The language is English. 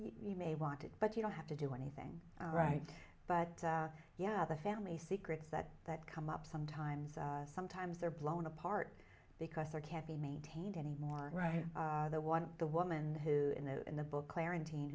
you may want it but you don't have to do anything right but yeah the family secrets that that come up sometimes sometimes they're blown apart because there can't be maintained anymore right there was the woman who in the in the book clar